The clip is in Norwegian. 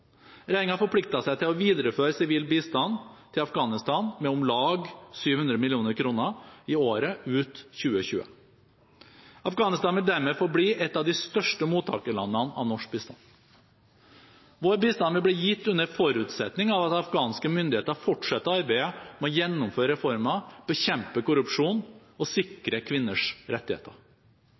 seg til å videreføre sivil bistand til Afghanistan med om lag 700 mill. kr i året ut 2020. Afghanistan vil dermed forbli en av de største mottakerne av norsk bistand. Vår bistand vil bli gitt under forutsetning av at afghanske myndigheter fortsetter arbeidet med å gjennomføre reformer, bekjempe korrupsjon og sikre kvinners rettigheter.